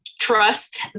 trust